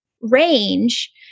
range